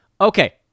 Okay